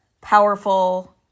powerful